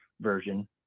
version